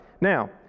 Now